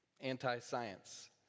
anti-science